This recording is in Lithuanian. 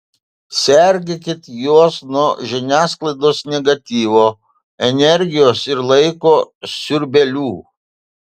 sergėkit juos nuo žiniasklaidos negatyvo energijos ir laiko siurbėlių